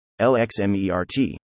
LXMERT